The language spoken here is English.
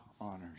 honors